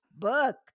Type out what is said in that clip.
book